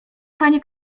panie